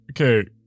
Okay